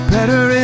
Better